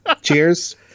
Cheers